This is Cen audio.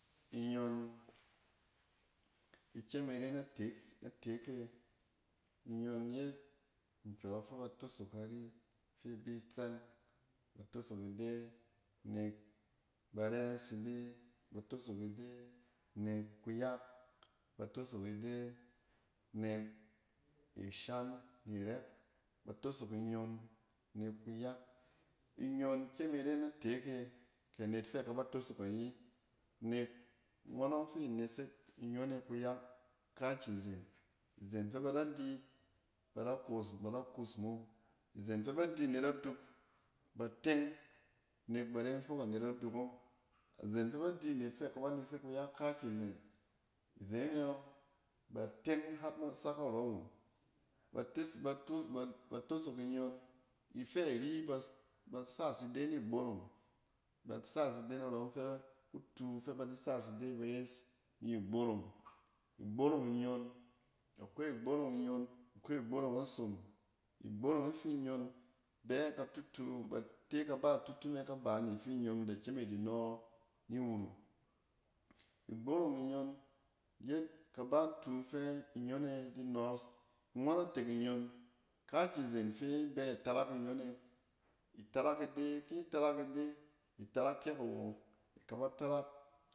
Inyom, ikyem iren atek-atek e. Inyon yet nkyɔrɔk fɛ ba tosok ari fi ibi itsɛng. Ba tosok ide nek ba rɛs ide, ba tosok ide nek kuyak, ba tosok ide nek ishan ni rɛp. Ba tosok nyon nek kuyak. Inyon kyem iren ateke kɛ anet fɛ ka ba tosok ayi nek, ngɔnɔng fi nesek inyon e kuyak kaakizen, izen fɛ ba da di ba da kɛs, ba da kus mo. Izen fɛ ba di anet aduk, ba teng nek ba ren fok anet adukɔng. Izen fɛ ba di net fɛ kaba nesek kuyak kaakizen izeneɔng, ba tong har na sak a rɔwu. Ba tes, ba tu, ba tosok ninyon ifɛ ri bas ba sas ide nigborong. Ba sas ide narɔ ɔng fɛ kutu fɛ ba di sas ide ba yes yi igborong. Igborong inyon, akwai igborong inyon, akwai igboro asom. Igborom ifi inyon bɛ katutu, ba te ba tutu me kabanne fi inyon da kyem idi nɔ ni wuruk. Iggorom inyon yet kaban tu fɛ inyon e di nmɔɔs. Ngɔn atek inyon, kaakizen fi bɛ tarak inyon e itarak ide, ki tarak ide itarak kyɛk awo. Ikaba tarak